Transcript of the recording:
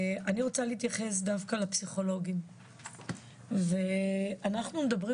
אני רוצה להתייחס דווקא לפסיכולוגים ואנחנו מדברים